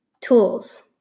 Tools